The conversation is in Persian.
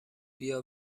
بیا